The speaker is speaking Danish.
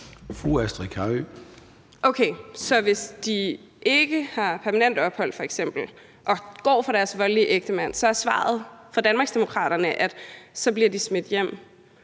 f.eks. ikke har permanent ophold og går fra deres voldelige ægtemand, er svaret fra Danmarksdemokraterne, at så bliver de smidt hjem